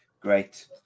great